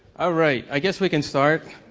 ah right. i guess we can start.